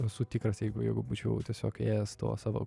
esu tikras jeigu jeigu būčiau tiesiog ėjęs tuo savo